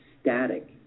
static